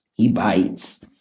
Hebites